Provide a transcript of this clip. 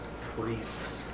priests